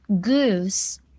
goose